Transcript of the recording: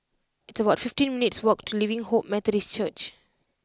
it's about fifteen minutes' walk to Living Hope Methodist Church